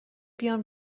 بیام